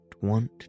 want